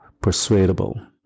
persuadable